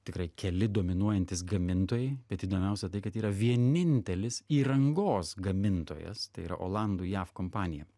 tikrai keli dominuojantys gamintojai bet įdomiausia tai kad yra vienintelis įrangos gamintojas tai yra olandų jav kompanija